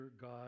God